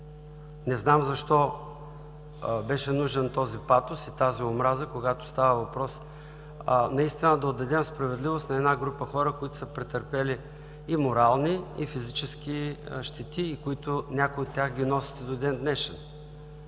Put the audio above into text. Не знам защо беше нужен този патос и тази омраза, когато става въпрос да отдадем справедливост на група хора, които са претърпели и морални, и физически щети, някои от тях ги носят и до ден-днешен.